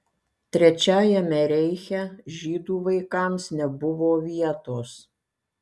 trečiajame reiche žydų vaikams nebuvo vietos